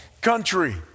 country